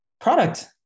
product